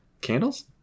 candles